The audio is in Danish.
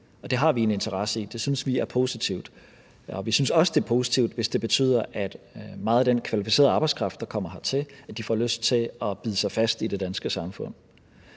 Det har vi en interesse i, det synes vi er positivt. Vi synes også, det er positivt, hvis det betyder, at meget af den kvalificerede arbejdskraft, der kommer hertil, får lyst til at bide sig fast i det danske samfund.